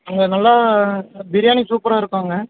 அங்கே நல்லா பிரியாணி சூப்பராக இருக்கும் அங்கே